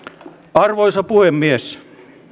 arvoisa puhemies